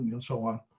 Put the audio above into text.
you know so on.